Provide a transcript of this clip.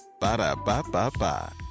Ba-da-ba-ba-ba